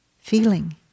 feeling